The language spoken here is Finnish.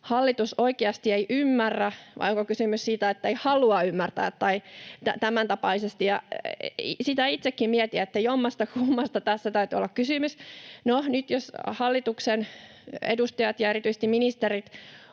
hallitus oikeasti ei ymmärrä vai onko kysymys siitä, että ei halua ymmärtää. Sitä itsekin mietin, että jommastakummasta tässä täytyy olla kysymys. No, nyt jos hallituksen edustajat ja erityisesti ministerit